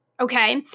okay